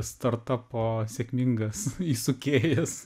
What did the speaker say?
startapo sėkmingas įsukėjas